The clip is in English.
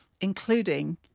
including